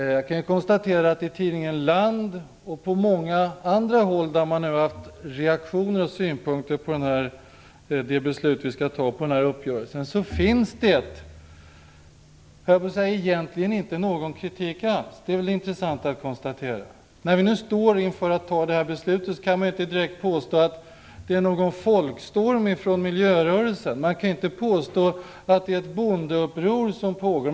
Jag kan konstatera att det i tidningen Land och på många andra håll där man har fått reaktioner och synpunkter på det beslut som vi skall fatta på grund av uppgörelsen egentligen inte finns någon kritik alls. Det är intressant att konstatera. När vi nu står inför att fatta beslutet kan man inte direkt påstå att det är någon folkstorm från miljörörelsen. Man kan inte påstå att det är ett bondeuppror som pågår.